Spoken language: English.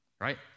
Right